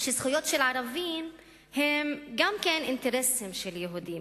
שזכויות של ערבים הן גם כן אינטרסים של יהודים,